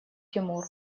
тимур